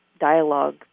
dialogue